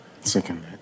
Second